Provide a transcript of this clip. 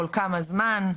כל כמה זמן?